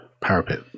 parapet